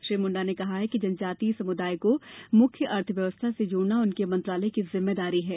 श्री मुंडा ने कहा कि जनजातीय समुदाय को मुख्य अर्थव्यवस्था से जोड़ना उनके मंत्रालय की जिम्मेदारी है